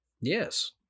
Yes